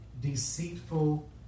deceitful